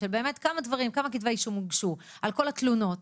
באמת כמה כתבי אישום הוגשו על כל התלונות,